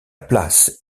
place